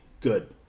Good